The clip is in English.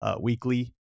weekly